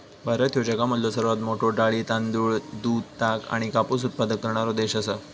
भारत ह्यो जगामधलो सर्वात मोठा डाळी, तांदूळ, दूध, ताग आणि कापूस उत्पादक करणारो देश आसा